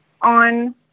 on